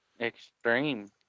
Extreme